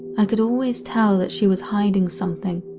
i could always tell that she was hiding something.